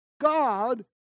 God